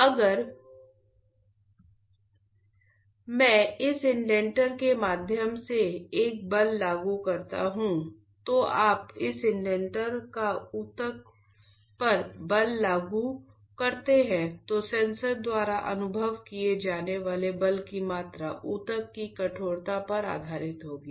अगर मैं इस इंडेंटर के माध्यम से एक बल लागू करता हूं तो आप इस इंडेंटर का ऊतक पर बल लागू करते हैं तो सेंसर द्वारा अनुभव किए जाने वाले बल की मात्रा ऊतक की कठोरता पर आधारित होगी